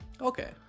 Okay